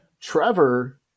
Trevor